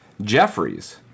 Jeffries